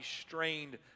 strained